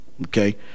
okay